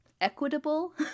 equitable